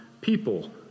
people